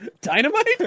dynamite